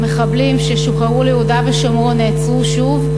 מחבלים ששוחררו ליהודה ושומרון נעצרו שוב,